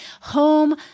home